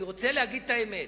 אני רוצה להגיד את האמת.